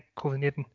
covid-19